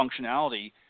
functionality